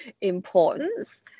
importance